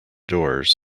doors